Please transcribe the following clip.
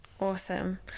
Awesome